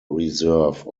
reserve